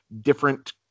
different